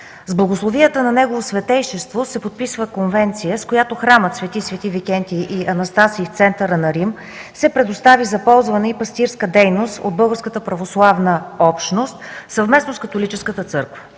С благословията на Негово Светейшество се подписва конвенция, с която храмът „Св.св. Викентий и Анастасий” в центъра на Рим се предоставя за ползване и пастирска дейност от българската православна общност, съвместно с католическата църква.